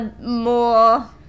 more